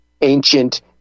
ancient